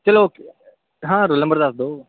ਚਲੋ ਹਾਂ roll number ਦੱਸ ਦਿਓ